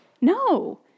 no